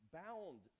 bound